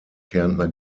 kärntner